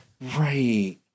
Right